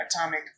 atomic